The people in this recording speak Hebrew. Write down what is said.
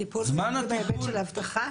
טיפול מידי זה בהיבט של אבטחה?